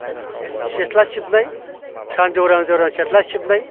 सिथ्ला सिबनाय सानजौरां जौरां सिथ्ला सिबनाय